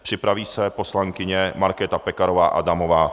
Připraví se poslankyně Markéta Pekarová Adamová.